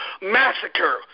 massacre